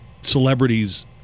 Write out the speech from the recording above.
celebrities